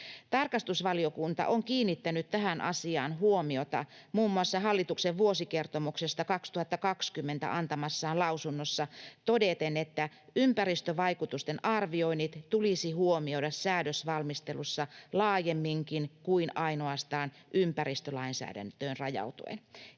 Tarkastusvaliokunta on kiinnittänyt tähän asiaan huomiota muun muassa hallituksen vuosikertomuksesta 2020 antamassaan lausunnossa todeten, että ympäristövaikutusten arvioinnit tulisi huomioida säädösvalmistelussa laajemminkin kuin ainoastaan ympäristölainsäädäntöön rajautuen.